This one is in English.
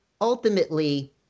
ultimately